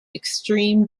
extreme